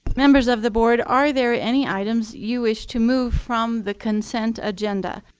members of the board, are there any items you wish to move from the consent agenda?